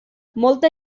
molta